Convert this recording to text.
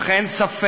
אך אין ספק,